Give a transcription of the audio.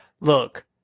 Look